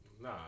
Nah